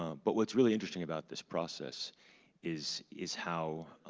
but what's really interesting about this process is is how